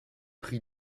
prix